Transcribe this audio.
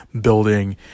building